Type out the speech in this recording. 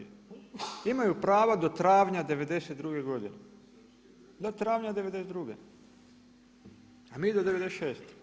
Imaju prava do travnja '92. godine, do travnja '92. a mi do '96.